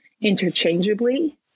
interchangeably